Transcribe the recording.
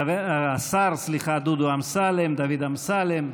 חבר הכנסת, השר, סליחה, דודו אמסלם, דוד אמסלם,